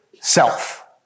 self